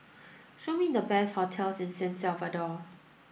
show me the best hotels in San Salvador